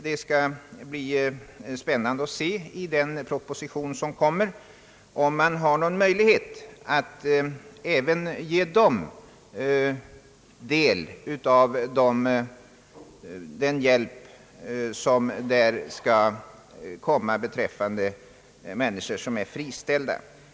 Det skall bli spännande att se om den proposition som kommer ger även dem del av den hjälp som skall beredas de människor som blivit friställda.